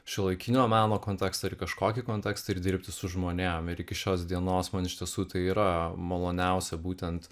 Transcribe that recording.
šiuolaikinio meno kontekstą ir į kažkokį kontekstą ir dirbti su žmonėm ir iki šios dienos man iš tiesų tai yra maloniausia būtent